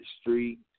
Street